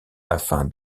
afin